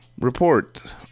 Report